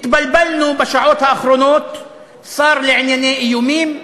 התבלבלנו בשעות האחרונות: שר לענייני איומים,